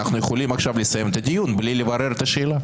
אנחנו יכולים עכשיו לסיים את הדיון בלי לברר את השאלה?